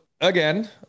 Again